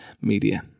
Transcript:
media